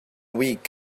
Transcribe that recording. week